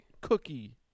Cookie